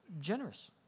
generous